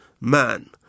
man